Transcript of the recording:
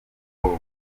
bongo